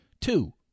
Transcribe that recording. two